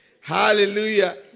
Hallelujah